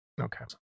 Okay